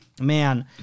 man